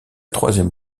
troisième